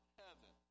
heaven